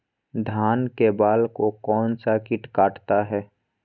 धान के बाल को कौन सा किट काटता है?